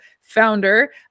founder